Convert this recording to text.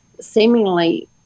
seemingly